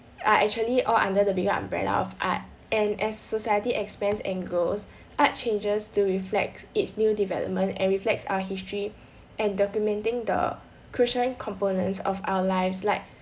are actually all under the bigger umbrella of art and as society expands and grows art changes to reflects it's new development and reflects our history and documenting the crucial components of our lives like